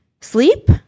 sleep